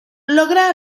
logra